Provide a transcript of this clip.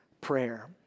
prayer